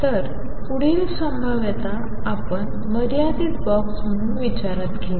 तर पुढील संभाव्यता आपण मर्यादित बॉक्स म्हणून विचारात घेऊ